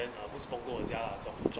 then uh 不是 punggol 的家 lah 从